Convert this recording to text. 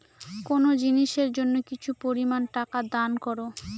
কোনো জিনিসের জন্য কিছু পরিমান টাকা দান করো